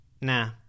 Nah